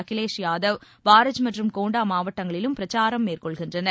அகிலேஷ் யாதவ் பாரெஜ் மற்றும் கோண்டா மாவட்டங்களிலும் பிரச்சாரம் மேற்கொள்கின்றனர்